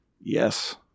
Yes